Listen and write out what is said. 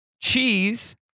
cheese